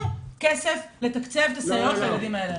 כסף לתקצב את הסייעות לילדים האלרגיים'.